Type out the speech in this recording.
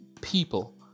people